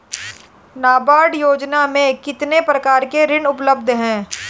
नाबार्ड योजना में कितने प्रकार के ऋण उपलब्ध हैं?